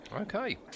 Okay